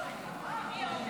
אדוני היושב